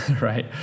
right